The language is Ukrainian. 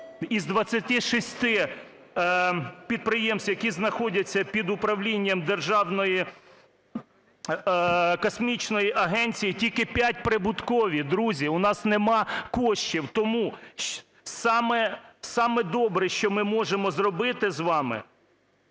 Із 26 підприємств, які знаходяться під управлінням Державної космічної агенції, тільки п'ять прибуткові, друзі, у нас нема коштів. Тому саме добре, що ми можемо зробити з вами